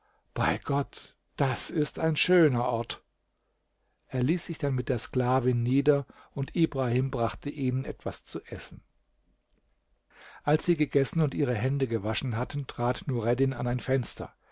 bei gott das ist ein schöner ort er ließ sich dann mit der sklavin nieder und ibrahim brachte ihnen etwas zu essen als sie gegessen und ihre hände gewaschen hatten trat nureddin an ein fenster